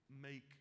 make